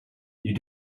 you